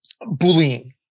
bullying